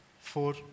four